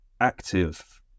active